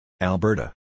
Alberta